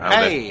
Hey